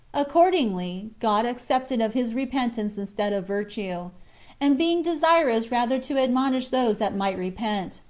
accordingly god accepted of his repentance instead of virtue and being desirous rather to admonish those that might repent,